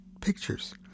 pictures